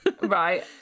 Right